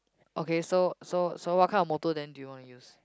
okay so so so what kind of motto then do you want to use